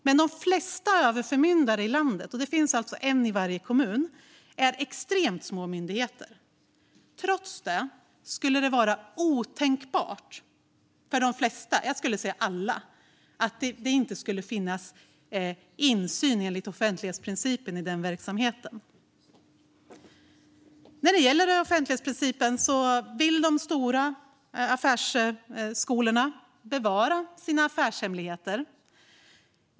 De flesta överförmyndare i landet - det finns alltså en i varje kommun - är extremt små myndigheter. Trots det skulle det vara otänkbart för de flesta - jag skulle säga alla - att det inte skulle finnas insyn i verksamheten enligt offentlighetsprincipen. När det gäller offentlighetsprincipen vill de stora skolorna bevara sina affärshemligheter.